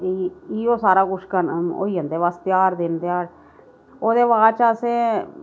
इ'यो सारा कुछ करना होई जंदा बस ध्यार दिन ध्याड़ ओह्दे बाद च असें